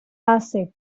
hace